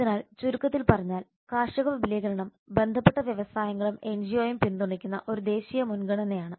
അതിനാൽ ചുരുക്കത്തിൽ പറഞ്ഞാൽ കാർഷിക വിപുലീകരണം ബന്ധപ്പെട്ട വ്യവസായങ്ങളും എൻജിഒയും പിന്തുണയ്ക്കുന്ന ഒരു ദേശീയ മുൻഗണനയാണ്